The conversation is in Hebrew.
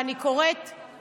לשעבר, לשעבר.